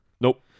Nope